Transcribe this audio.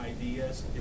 ideas